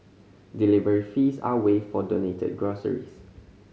delivery fees are waived for donated groceries